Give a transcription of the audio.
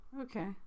okay